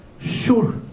sure